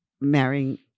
marrying